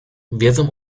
wiedzą